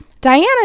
Diana